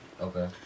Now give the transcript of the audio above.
Okay